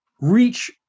reach